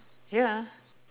ya